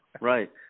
Right